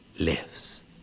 lives